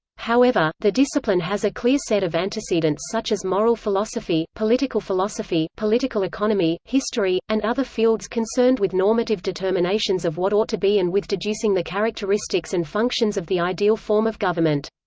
however, the discipline has a clear set of antecedents such as moral philosophy, political philosophy, political economy, history, and other fields concerned with normative determinations of what ought to be and with deducing the characteristics and functions of the ideal form of government.